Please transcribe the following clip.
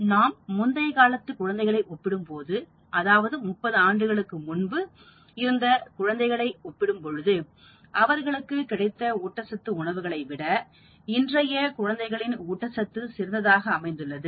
ஆனால் நாம் முந்தைய காலத்து குழந்தைகளை ஒப்பிடும் பொழுது அதாவது 30 ஆண்டுகளுக்கு முன்பு இருந்த குழந்தைகளை ஒப்பிடும் பொழுது அவர்களுக்கு கிடைத்த ஊட்டச்சத்து உணவுகளை விட இன்றைய குழந்தைகளின் ஊட்டச்சத்து சிறந்ததாக அமைந்துள்ளது